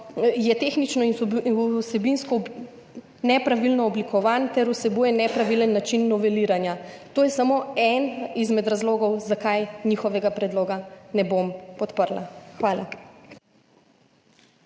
tehnično in vsebinsko nepravilno oblikovan ter vsebuje nepravilen način noveliranja. To je samo eden izmed razlogov zakaj njihovega predloga ne bom podprla. Hvala.